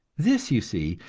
this, you see,